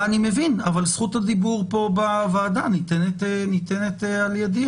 אני מבין, אבל זכות הדיבור ניתנת על ידי.